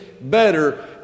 better